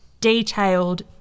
detailed